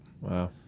Wow